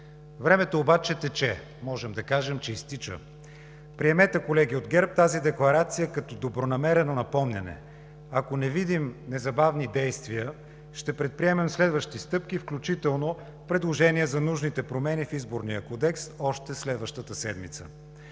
Времето обаче тече, можем да кажем, че изтича. Колеги от ГЕРБ, приемете тази декларация като добронамерено напомняне. Ако не видим незабавни действия, ще предприемем следващи стъпки, включително предложения за нужните промени в Изборния кодекс още следващата седмица.